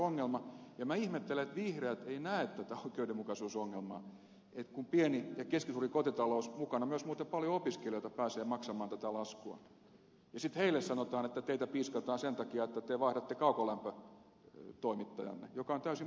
minä ihmettelen että vihreät eivät näe tätä oikeudenmukaisuusongelmaa kun pienet ja keskisuuret kotitaloudet mukana myös muuten paljon opiskelijoita pääsevät maksamaan tätä laskua ja sitten heille sanotaan että teitä piiskataan sen takia että te vaihdatte kaukolämpötoimittajaanne mikä on täysin mahdotonta